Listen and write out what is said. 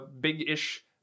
big-ish